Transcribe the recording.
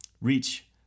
reach